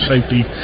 safety